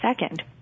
second